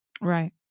right